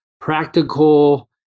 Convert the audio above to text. practical